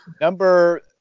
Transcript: Number